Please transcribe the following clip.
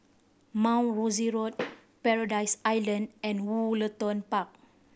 Mount Rosie Road Paradise Island and Woollerton Park